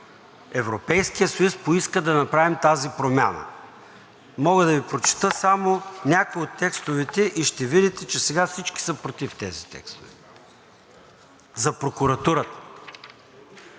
Европейският съюз поиска да направим тази промяна. Мога да Ви прочета само някои от текстовете и ще видите, че сега всички са против тези текстове. За прокуратурата: